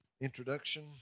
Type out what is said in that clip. introduction